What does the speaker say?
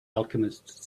alchemist